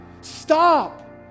Stop